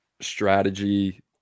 strategy